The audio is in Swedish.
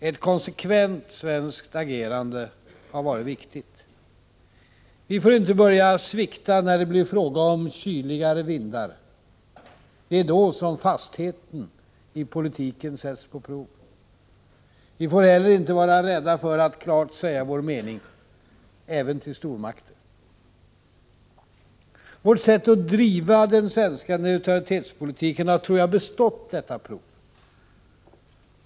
Ett konsekvent svenskt agerande har varit riktigt. Vi får inte börja svikta när det blir fråga om kyligare vindar. Det är då fastheten i politiken sätts på prov. Vi får inte heller vara rädda för att klart säga vår mening, även till stormakter. Vårt sätt att driva den svenska neutralitetspolitiken har, tror jag, bestått detta prov.